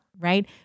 right